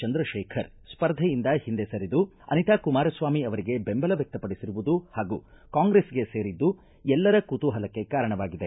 ಚಂದ್ರತೇಖರ್ ಸ್ವರ್ಧೆಯಿಂದ ಹಿಂದೆ ಸರಿದು ಅನಿತಾ ಕುಮಾರಸ್ವಾಮಿ ಅವರಿಗೆ ಬೆಂಬಲ ವ್ಯಕ್ತಪಡಿಸಿರುವುದು ಹಾಗೂ ಕಾಂಗ್ರೆಸ್ಗೆ ಸೇರಿದ್ದು ಎಲ್ಲರ ಕುತೂಹಲಕ್ಕೆ ಕಾರಣವಾಗಿದೆ